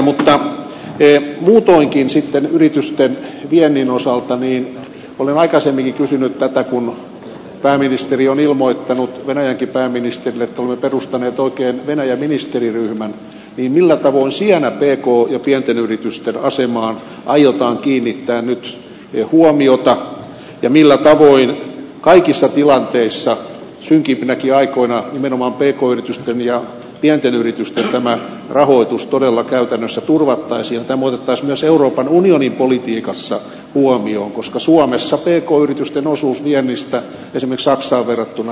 mutta muutoinkin sitten yritysten viennin osalta olen aikaisemminkin kysynyt tätä kun pääministeri on ilmoittanut venäjänkin pääministerille että olemme perustaneet oikein venäjä ministeriryhmän niin millä tavoin siellä pk ja pienten yritysten asemaan aiotaan kiinnittää nyt huomiota ja millä tavoin kaikissa tilanteissa synkimpinäkin aikoina nimenomaan pk yritysten ja pienten yritysten rahoitus todella käytännössä turvattaisiin ja tämä otettaisiin myös euroopan unionin politiikassa huomioon koska suomessa pk yritysten osuus viennistä esimerkiksi saksaan verrattuna on tavattoman pieni